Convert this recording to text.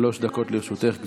גברתי, שלוש דקות לרשותך.